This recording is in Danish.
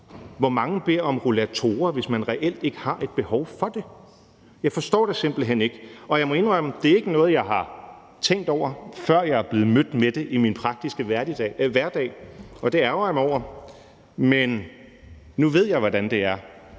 Hvor mange beder om en rollator, hvis man reelt ikke har et behov for den? Jeg forstår det simpelt hen ikke. Jeg må indrømme, at det ikke er noget, jeg har tænkt over, før jeg blev mødt med det i min praktiske hverdag, og det ærgrer jeg mig over. Men nu ved jeg, hvordan det er,